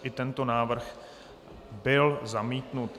I tento návrh byl zamítnut.